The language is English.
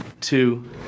two